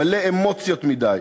מלא אמוציות מדי.